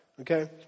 okay